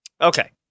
okay